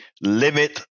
limit